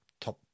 top